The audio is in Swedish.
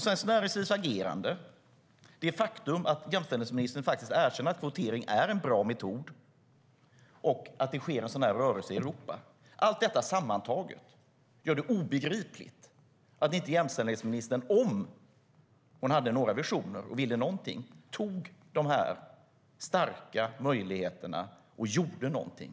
Svenskt Näringslivs agerande, det faktum att jämställdhetsministern erkänner att kvotering är en bra metod, att det sker en rörelse i Europa, allt detta sammantaget gör det obegripligt att inte jämställdhetsministern, om hon hade några visioner och ville någonting, tar de starka möjligheterna och gör någonting.